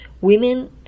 women